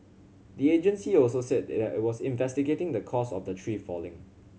the agency also said it was investigating the cause of the tree falling